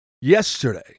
yesterday